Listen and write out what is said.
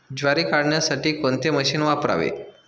ज्वारी काढण्यासाठी कोणते मशीन वापरावे?